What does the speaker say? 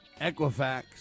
Equifax